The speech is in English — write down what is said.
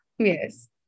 Yes